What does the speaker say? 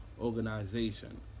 organization